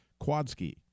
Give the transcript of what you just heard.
Quadski